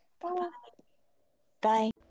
Bye-bye